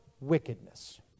wickedness